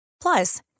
Plus